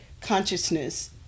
consciousness